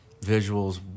visuals